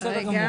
בסדר גמור, נו?